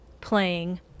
playing